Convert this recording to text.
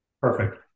Perfect